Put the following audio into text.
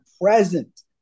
present